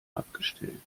abgestellt